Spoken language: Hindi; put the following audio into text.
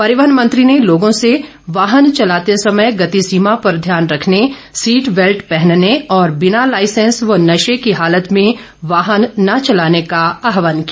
परिवहन मंत्री ने लोगों से वाहन चलाते समय गतिसीमा पर ध्यान रखने सीट बैल्ट पहनने और बिना लाइसैंस व नशे की हालत में वाहन न चलाने का आहवान किया